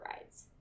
rides